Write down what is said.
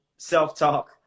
self-talk